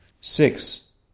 Six